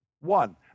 One